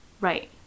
Right